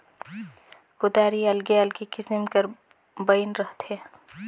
कुदारी अलगे अलगे किसिम कर बइन रहथे